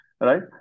right